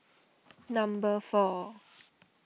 number four